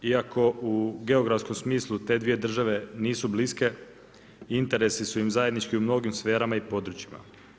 Iako u geografskom smislu te dvije države nisu bliske interesi su im zajednički u mnogim sferama i područjima.